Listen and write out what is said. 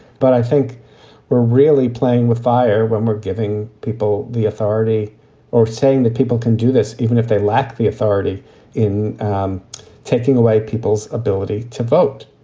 but i think we're really playing with fire when we're giving people the authority or saying that people can do this even if they lack the authority in taking away people's ability to vote.